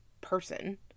person